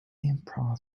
improv